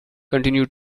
continue